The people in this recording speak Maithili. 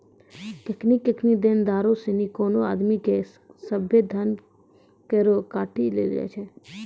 केखनु केखनु देनदारो सिनी कोनो आदमी के सभ्भे धन करो से काटी लै छै